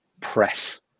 press